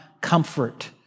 comfort